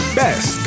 best